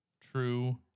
true